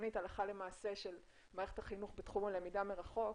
ראשונית של מערכת החינוך בתחום הלמידה מרחוק,